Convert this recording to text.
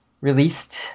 Released